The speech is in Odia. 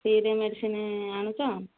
ଫ୍ରିରେ ମେଡିସିନ ଆଣୁଛ